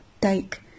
take